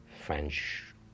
French